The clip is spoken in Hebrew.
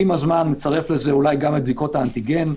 ועם הזמן נצרף לזה אולי גם את הבדיקות של האנטי גן.